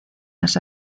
las